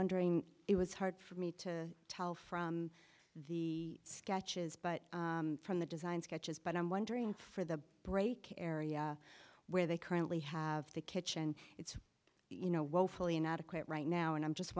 wondering it was hard for me to tell from the sketches but from the design sketches but i'm wondering for the break area where they currently have the kitchen it's you know woefully inadequate right now and i'm just